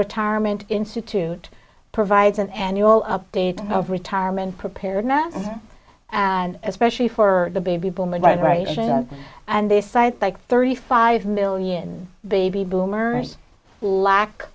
retirement institute provides an annual update of retirement preparedness and especially for the baby boomers vibration and they cite like thirty five million baby boomers lack